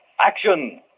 action